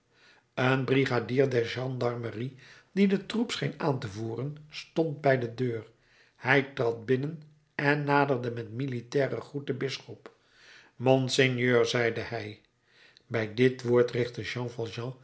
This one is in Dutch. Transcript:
een brigadier der gendarmerie die den troep scheen aan te voeren stond bij de deur hij trad binnen en naderde met militairen groet den bisschop monseigneur zeide hij bij dit woord richtte jean